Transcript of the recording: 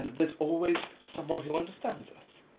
there's always someone who understands us.